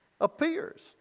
appears